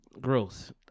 gross